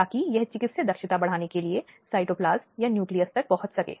वह पर्याप्त मुआवजा दिए जाने के लिए अदालत का दरवाजा खटखटा सकती है